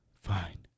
fine